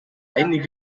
einige